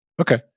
Okay